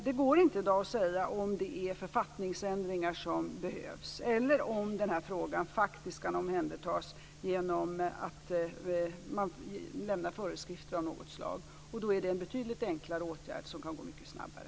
Det går inte i dag att säga om det är författningsändringar som behövs eller om den här frågan kan omhändertas genom att man lämnar föreskrifter av något slag. Det är en betydligt enklare åtgärd som kan gå mycket snabbare.